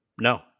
No